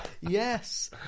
Yes